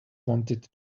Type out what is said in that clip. wanted